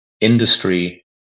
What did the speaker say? industry